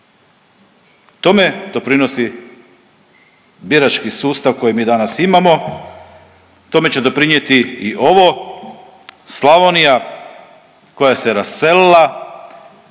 Tome doprinosi birački sustav koji mi danas imamo, tome će doprinijeti i ovo, Slavnija koja se raselila,